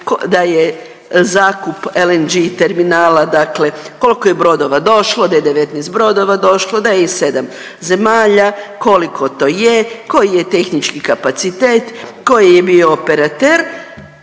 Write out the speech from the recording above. da je zakup LNG terminala dakle koliko je brodova došlo, da je 19 brodova došlo, da iz sedam zemalja, koliko to je, koji je tehnički kapacitet, koji je bio operater,